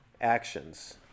actions